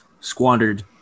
squandered